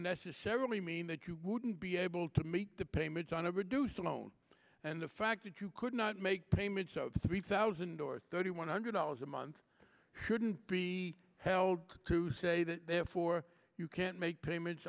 necessarily mean that you wouldn't be able to make the payments on a reduced a loan and the fact that you could not make payments of three thousand or thirty one hundred dollars a month shouldn't be held to say that therefore you can't make payments